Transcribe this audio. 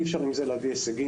אי אפשר עם זה להביא הישגים,